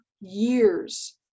years